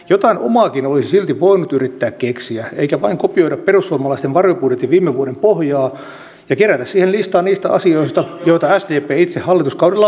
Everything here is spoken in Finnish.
jotain omaakin olisi silti voinut yrittää keksiä eikä vain kopioida perussuomalaisten varjobudjetin viime vuoden pohjaa ja kerätä siihen listaa niistä asioista joita sdp itse hallituskaudellaan vastusti